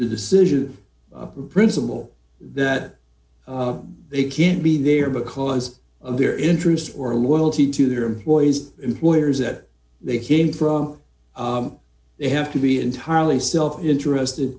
the decision principle that it can't be there because of their interest or loyalty to their employees employers that they came from they have to be entirely self interested